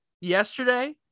yesterday